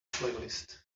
playlist